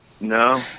No